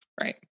Right